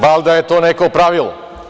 Valjda je to neko pravilo.